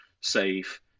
safe